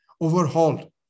overhauled